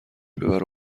ببره